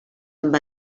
amb